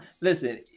listen